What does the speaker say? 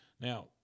Now